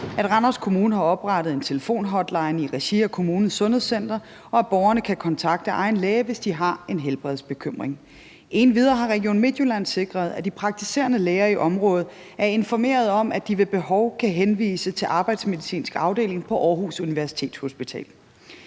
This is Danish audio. at Randers Kommune har oprettet en telefonhotline i regi af kommunens sundhedscenter, og at borgerne kan kontakte egen læge, hvis de har en helbredsbekymring. Endvidere har Region Midtjylland sikret, at de praktiserende læger i området er informeret om, at de ved behov kan henvise til arbejdsmedicinsk afdeling på Aarhus Universitetshospital.